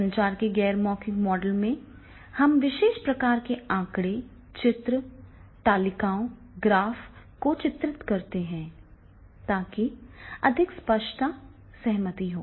संचार के गैर मौखिक मॉडल में हम विशेष प्रकार के आंकड़े चित्र तालिकाओं ग्राफ़ को चित्रित करते हैं ताकि अधिक स्पष्टता सहमति हो